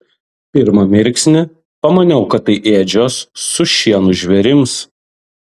pirmą mirksnį pamaniau kad tai ėdžios su šienu žvėrims